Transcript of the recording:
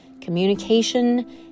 communication